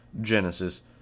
Genesis